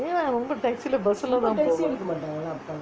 ரொம்ப:romba taxi எடுக்க மாட்டங்கே அப்பலாம்:edukka mattangae appalaam